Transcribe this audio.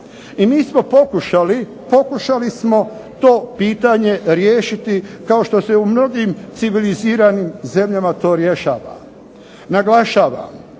I mi smo pokušali, pokušali smo to pitanje riješiti kao što se u mnogim civiliziranim zemljama to rješava. Naglašavam